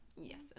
yes